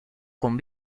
con